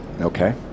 Okay